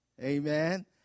Amen